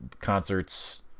Concerts